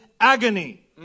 agony